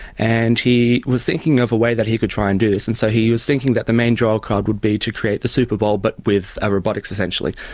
and he was thinking of a way that he could try and do this, and so he was thinking that the main drawcard would be to create the super bowl but with ah robotics, essentially.